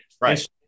Right